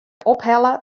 ophelle